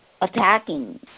attacking